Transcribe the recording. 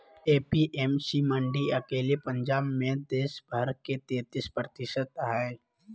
APMC मंडी अकेले पंजाब मे देश भर के तेतीस प्रतिशत हई